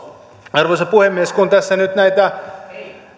arvoisa puhemies kun tässä nyt näitä